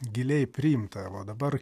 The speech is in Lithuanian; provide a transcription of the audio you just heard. giliai priimta o dabar